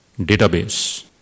database